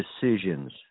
decisions